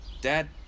dad